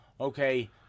okay